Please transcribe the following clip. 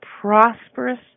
prosperous